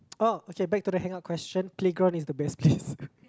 orh okay back to the hangout question playground is the best place